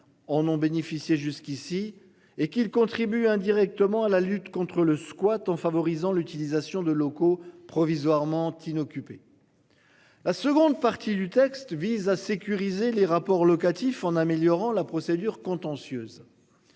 en ont bénéficié jusqu'ici et qu'il contribue indirectement à la lutte contre le squat, en favorisant l'utilisation de locaux provisoirement inoccupés. La seconde partie du texte vise à sécuriser les rapports locatifs en améliorant la procédure contentieuse.